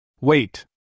Wait